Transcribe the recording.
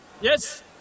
Yes